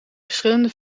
verschillende